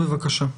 בבקשה.